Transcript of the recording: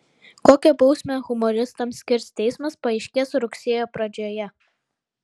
kokią bausmę humoristams skirs teismas paaiškės rugsėjo pradžioje